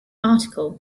article